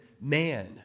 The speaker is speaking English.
man